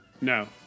No